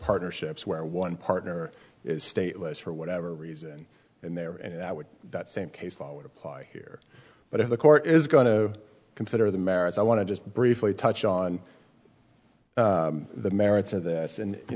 partnerships where one partner is stateless for whatever reason and there and i would that same case law would apply here but if the court is going to consider the merits i want to just briefly touch on the merits of this and you